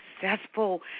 successful